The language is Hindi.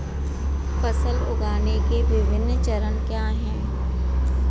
फसल उगाने के विभिन्न चरण क्या हैं?